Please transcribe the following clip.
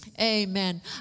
Amen